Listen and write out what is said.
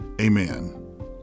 Amen